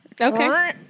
Okay